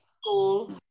school